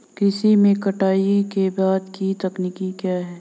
कृषि में कटाई के बाद की तकनीक क्या है?